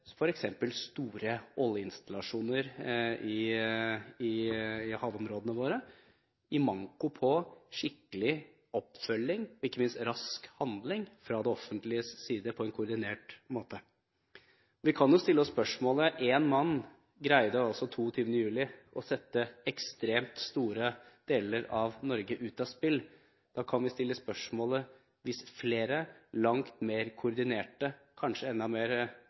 store oljeinstallasjoner i havområdene våre, i mangel av skikkelig oppfølging og ikke minst rask handling fra det offentliges side på en koordinert måte. Når én mann den 22. juli greide å sette ekstremt store deler av Norge ut av spill, kan vi stille spørsmålet: Hva vil skje hvis flere, langt mer koordinerte og kanskje,